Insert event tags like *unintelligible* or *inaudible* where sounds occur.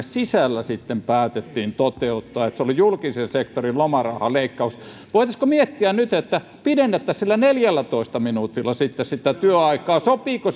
*unintelligible* sisällä sitten päätettiin toteuttaa se oli julkisen sektorin lomarahaleikkaus voitaisiinko miettiä nyt että pidennettäisiin sillä neljällätoista minuutilla sitten sitä työaikaa sopiiko *unintelligible*